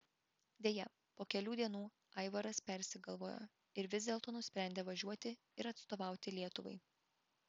deja po kelių dienų aivaras persigalvojo ir vis dėlto nusprendė važiuoti ir atstovauti lietuvai